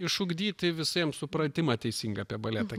išugdyti visiem supratimą teisingą apie baletą